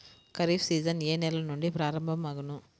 Kharif season ఏ నెల నుండి ప్రారంభం అగును?